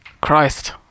Christ